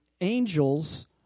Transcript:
angels